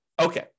Okay